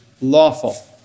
lawful